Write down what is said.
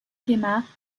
gaymard